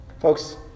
Folks